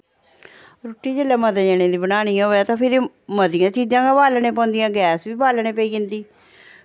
रुट्टी जिसलै मते जनें दी बनानी होऐ ते फिर मतियां चीज़ा गा बालने पौंदियां गैस बी बालना पेई जंदी